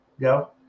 go